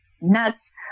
nuts